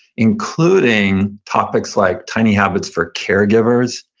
including topics like tiny habits for caregivers,